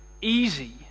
easy